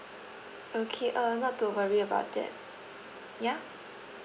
okay uh not to worry about that ya